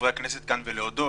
מחברי הכנסת כאן ולהודות על